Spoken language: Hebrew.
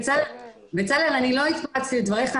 בצלאל, אני לא התפרצתי לדבריך.